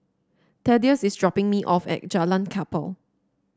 Thaddeus is dropping me off at Jalan Kapal